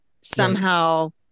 somehow-